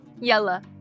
Yella